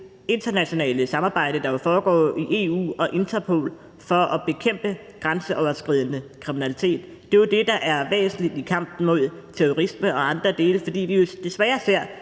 internationale samarbejde, der jo foregår i EU og Interpol for at bekæmpe grænseoverskridende kriminalitet. Det er jo det, der er væsentligt i kampen mod terrorisme og andet, fordi vi jo desværre ser,